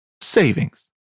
savings